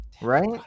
right